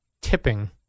tipping